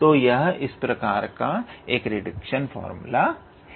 तो यह इस प्रकार का एक रिडक्शन फार्मूला है